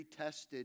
retested